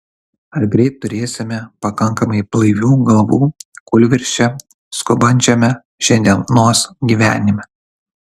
ar greit turėsime pakankamai blaivių galvų kūlvirsčia skubančiame šiandienos gyvenime